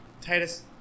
Titus –